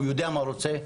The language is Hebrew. הוא יודע מה הוא רוצה.